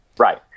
Right